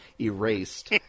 erased